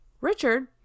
Richard